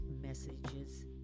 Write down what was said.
messages